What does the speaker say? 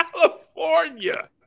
California